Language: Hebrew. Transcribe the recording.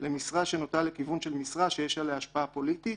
למשרה שנוטה לכיוון של משרה שיש עליה השפעה פוליטית,